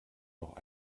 noch